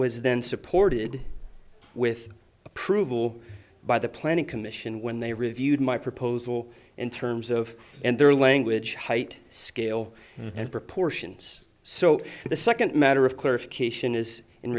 was then supported with approval by the planning commission when they reviewed my proposal in terms of and their language height scale and proportions so the second matter of clarification is in